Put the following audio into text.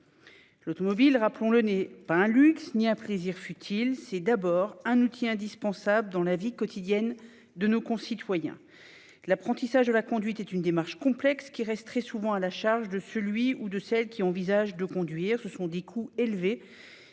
L'automobile, rappelons-le, n'est ni un luxe ni un plaisir futile : c'est d'abord un outil indispensable dans la vie quotidienne de nos concitoyens. L'apprentissage de la conduite est une démarche complexe, qui reste très souvent à la charge de celui ou de celle qui envisage de conduire. Les coûts en sont élevés,